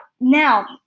Now